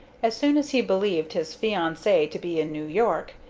as soon as he believed his fiancee to be in new york,